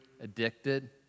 addicted